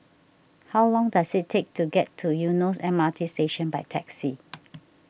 how long does it take to get to Eunos M R T Station by taxi